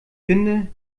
finde